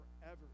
forever